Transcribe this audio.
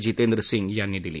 जितेंद्र सिंग यांनी दिली